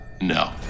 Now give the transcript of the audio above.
no